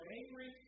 angry